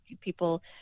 people